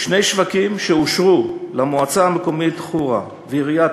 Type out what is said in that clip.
שני שווקים שאושרו למועצה המקומית חורה ולעיריית